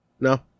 No